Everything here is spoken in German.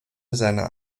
seiner